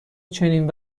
چنین